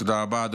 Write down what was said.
תודה רבה.